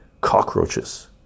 cockroaches